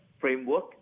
framework